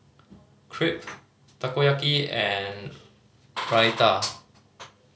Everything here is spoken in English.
Crepe Takoyaki and Raita